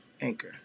Anchor